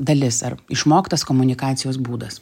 dalis ar išmoktas komunikacijos būdas